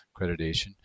accreditation